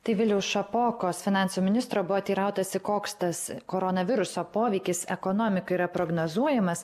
tai viliaus šapokos finansų ministro buvo teirautasi koks tas koronaviruso poveikis ekonomikai yra prognozuojamas